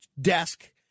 desk